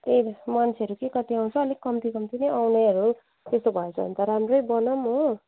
त्यही त मान्छेहरू के कति आउँछ अलिक कम्ति कम्ति नै आउने हो त्यस्तो भएछ भने त राम्रै बनाउँ हो